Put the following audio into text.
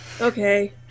okay